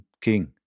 King